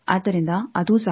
ಆದ್ದರಿಂದ ಅದೂ ಸಹ